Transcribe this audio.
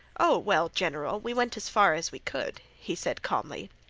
oh, well, general, we went as far as we could, he said calmly.